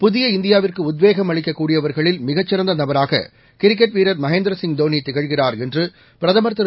புதிய இந்தியாவிற்கு உத்வேகம் அளிக்கக் கூடியவர்களில் மிகச் சிறந்த நபராக கிரிக்கெட் வீரர் மகேந்திரசிங் தோனி திகழ்கிறார் என்று பிரதமர் திரு